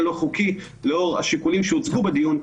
לא חוקי לאור השיקולים שהוצגו בדיון,